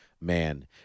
man